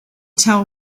tell